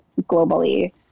globally